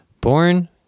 Born